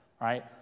right